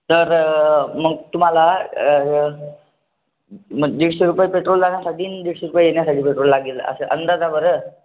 तर मग तुम्हाला मग दीडशे रुपये पेट्रोल जाण्यासाठी आणि दीडशे रुपये येण्यासाठी पेट्रोल लागेल असे अंदाज बरं